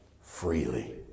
freely